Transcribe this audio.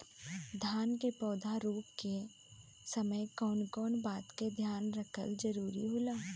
धान के पौधा रोप के समय कउन कउन बात के ध्यान रखल जरूरी होला?